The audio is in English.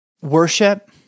worship